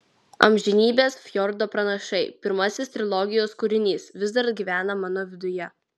amžinybės fjordo pranašai pirmasis trilogijos kūrinys vis dar gyvena mano viduje